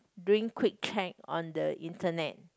doing quick check on the internet